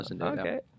Okay